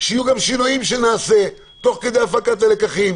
שיהיו גם שינויים שנעשה תוך כדי הפקת הלקחים,